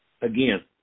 Again